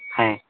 ఆయ్